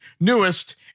newest